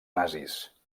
nazis